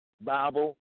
Bible